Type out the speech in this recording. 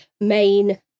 main